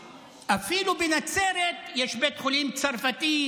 וסופה לנדבר וחבריה הצביעו נגד,